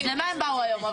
אז למה הם באו היום?